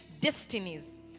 destinies